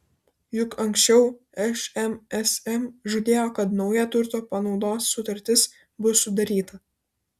juk anksčiau šmsm žadėjo kad nauja turto panaudos sutartis bus sudaryta